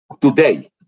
today